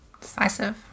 Decisive